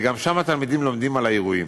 וגם שם התלמידים לומדים על האירועים.